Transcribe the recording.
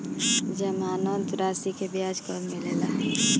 जमानद राशी के ब्याज कब मिले ला?